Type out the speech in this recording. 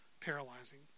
paralyzing